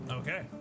okay